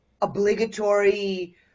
obligatory